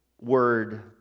word